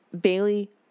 Bailey